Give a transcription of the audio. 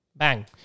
bang